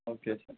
okay sir